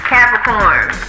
Capricorn